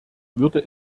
würde